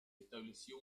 estableció